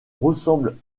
ressemble